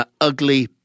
Ugly